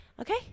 Okay